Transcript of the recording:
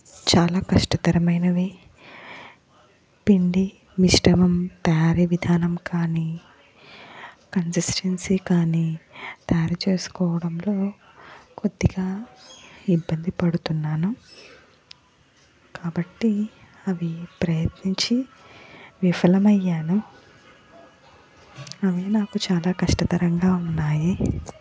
చాలా కష్టతరమైనవి పిండి మిశ్రమం తయారీ విధానం కానీ కన్స్టెన్సీ కానీ తయారు చేసుకోవడంలో కొద్దిగా ఇబ్బంది పడుతున్నాను కాబట్టి అవి ప్రయత్నించి విఫలమయ్యాను అవి నాకు చాలా కష్టతరంగా ఉన్నాయి